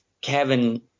Kevin